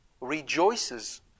rejoices